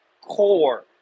core